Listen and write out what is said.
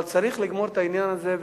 אבל צריך לגמור את העניין הזה.